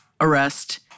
arrest